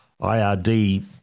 IRD